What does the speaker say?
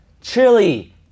chili